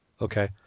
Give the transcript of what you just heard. Okay